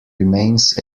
remains